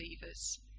believers